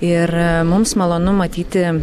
ir mums malonu matyti